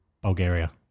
Bulgaria